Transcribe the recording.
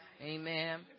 Amen